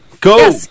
go